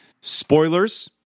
spoilers